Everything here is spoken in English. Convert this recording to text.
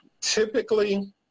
typically